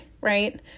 right